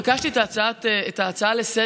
ביקשתי את ההצעה לסדר-היום,